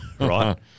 right